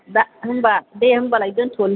दा होमबा दे होमब्लाय दोनथ'नोसै